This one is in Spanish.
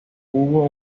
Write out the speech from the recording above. hubo